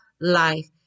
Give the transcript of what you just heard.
life